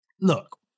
Look